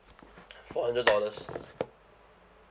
four hundred dollars